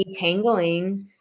detangling